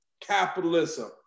capitalism